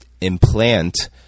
implant